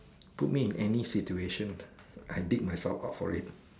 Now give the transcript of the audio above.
put me in any situation I dig myself out for it